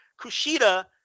Kushida